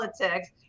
politics